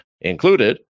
Included